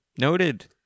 noted